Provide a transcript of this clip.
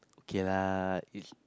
K lah which